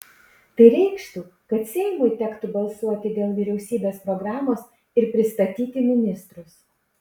tai reikštų kad seimui tektų balsuoti dėl vyriausybės programos ir pristatyti ministrus